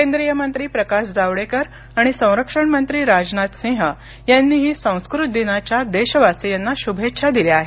केंद्रीय मंत्री प्रकाश जावडेकर आणि संरक्षण मंत्री राजनाथ सिंह यांनीही संस्कृत दिनाच्या देशवासियांना शुभेच्छा दिल्या आहेत